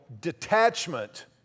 detachment